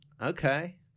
Okay